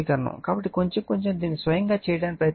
కాబట్టి కొంచెం కొంచెం దానిని స్వయంగా చేయడానికి ప్రయత్నించండి